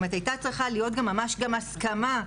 זאת אומרת, הייתה צריכה להיות הסכמה ממש,